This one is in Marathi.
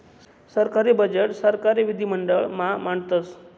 सरकारी बजेट सरकारी विधिमंडळ मा मांडतस